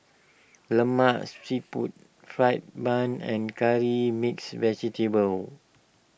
Lemak Siput Fried Bun and Curry Mixed Vegetable